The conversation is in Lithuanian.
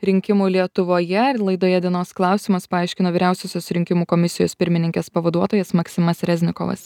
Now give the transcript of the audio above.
rinkimų lietuvoje ir laidoje dienos klausimas paaiškino vyriausiosios rinkimų komisijos pirmininkės pavaduotojas maksimas reznikovas